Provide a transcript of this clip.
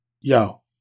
yo